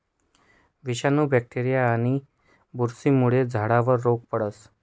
विषाणू, बॅक्टेरीया आणि बुरशीमुळे झाडावर रोग पडस